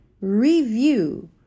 review